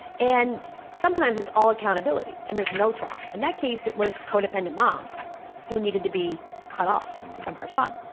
and sometimes it's all accountability and it's no trauma. in that case it was codependent mom who needed to be cut off from her son.